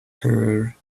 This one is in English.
her